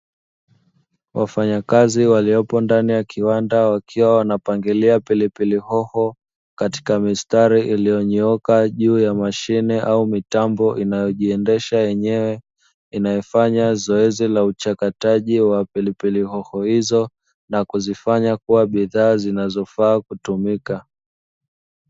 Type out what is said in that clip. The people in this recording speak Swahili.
Wafanyakazi waliopo ndani ya kiwanda, wakiwa wanapangilia pilipili hoho, katika mistari iliyonyooka juu ya mashine au mitambo inayojiendesha yenyewe, inayofanya zoezi la uchakataji wa pilipili hoho hizo, na kuzifanya kuwa bidhaa zinazofaa kutumia.